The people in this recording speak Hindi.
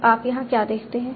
तो आप यहाँ क्या देखते हैं